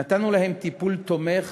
נתנו להם טיפול תומך